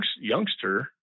youngster